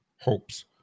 hopes